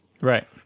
Right